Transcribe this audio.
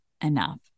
enough